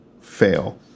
fail